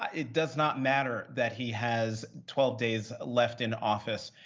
it does not matter that he has twelve days left in office.